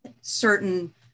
certain